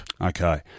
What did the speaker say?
Okay